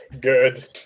good